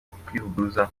ukwivuguruza